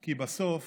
כי בסוף